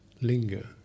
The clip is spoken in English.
Linger